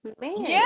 man